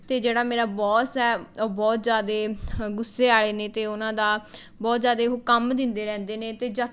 ਅਤੇ ਜਿਹੜਾ ਮੇਰਾ ਬੋਸ ਹੈ ਉਹ ਬਹੁਤ ਜ਼ਿਆਦਾ ਗੁੱਸੇ ਵਾਲ਼ੇ ਨੇ ਅਤੇ ਉਹਨਾਂ ਦਾ ਬਹੁਤ ਜ਼ਿਆਦਾ ਉਹ ਕੰਮ ਦਿੰਦੇ ਰਹਿੰਦੇ ਨੇ ਅਤੇ ਜਦ